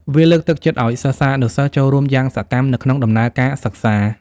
វាលើកទឹកចិត្តឲ្យសិស្សានុសិស្សចូលរួមយ៉ាងសកម្មនៅក្នុងដំណើរការសិក្សា។